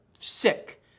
sick